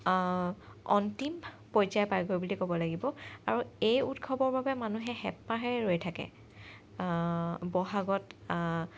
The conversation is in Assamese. অন্তিম পৰ্য্যায় পায়গৈ বুলি ক'ব লাগিব আৰু এই উৎসৱৰ বাবে মানুহে হেঁপাহেৰে ৰৈ থাকে ব'হাগত